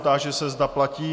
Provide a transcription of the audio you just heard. Táži se, zda platí.